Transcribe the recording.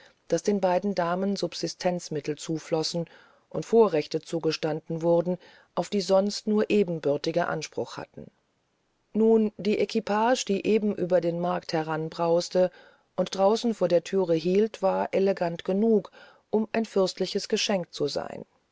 daß den beiden damen subsistenzmittel zuflossen und vorrechte zugestanden wurden auf die sonst nur ebenbürtige anspruch hatten nun die equipage die eben über den markt heranbrauste und draußen vor der thüre hielt war elegant genug um ein fürstliches geschenk zu sein